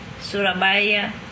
Surabaya